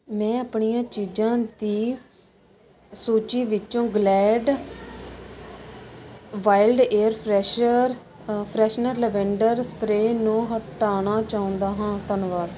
ਮੈਂ ਆਪਣੀਆਂ ਚੀਜ਼ਾਂ ਦੀ ਸੂਚੀ ਵਿੱਚੋ Glade wild air fresher freshener lavender spray ਨੂੰ ਹਟਾਉਣਾ ਚਾਹੁੰਦਾ ਹਾਂ ਧੰਨਵਾਦ